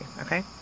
Okay